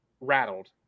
rattled